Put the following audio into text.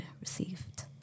received